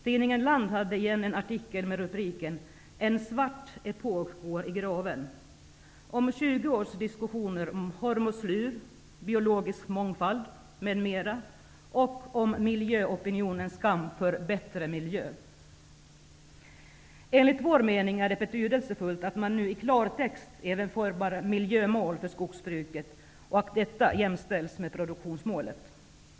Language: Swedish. Tidningen Land hade en artikel med rubriken ''En svart epok går i graven'' Enligt vår mening är det betydelsefullt att man nu i klartext även formar miljömål för skogsbruket och att detta jämställs med produktionsmålet.